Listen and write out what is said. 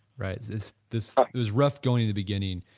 right? this this was rough going in the beginning.